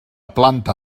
planta